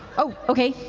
oh, okay,